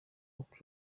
uko